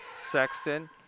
Sexton